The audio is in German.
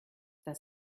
das